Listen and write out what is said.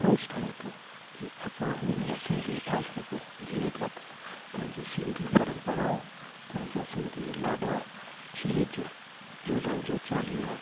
फर्ज़ु ठहे थो की असां हिन सिंधी भाषा खे जीवित रखूं पंहिंजी सिंधी परंपराऊं पंहिंजा सिंधी लाॾा छेॼ झूलण जो चालीहो